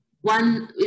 one